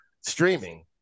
streaming